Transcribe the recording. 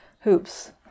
hoops